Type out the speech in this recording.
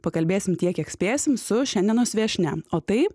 pakalbėsim tiek kiek spėsim su šiandienos viešnia o tai